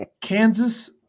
Kansas